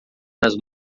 nas